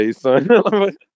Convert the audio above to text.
son